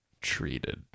treated